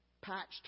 patched